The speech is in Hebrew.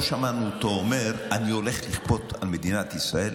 לא שמענו אותו אומר: אני הולך לכפות על מדינת ישראל